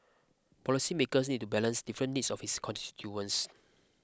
policymakers need to balance different needs of its constituents